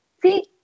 See